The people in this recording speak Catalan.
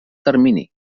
termini